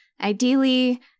Ideally